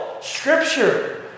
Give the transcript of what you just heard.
scripture